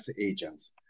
agents